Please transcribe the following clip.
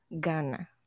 ghana